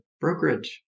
Brokerage